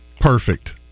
perfect